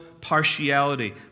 partiality